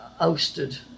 ousted